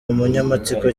umunyamatsiko